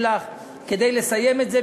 אני מבקש את המשך המהירות שלך כדי לסיים את זה,